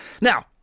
Now